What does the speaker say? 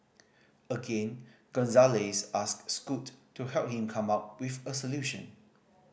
again Gonzalez asked Scoot to help him come up with a solution